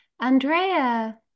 Andrea